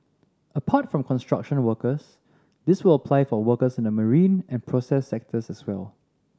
apart from construction workers this will apply for workers in the marine and process sectors as well